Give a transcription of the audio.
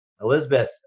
Elizabeth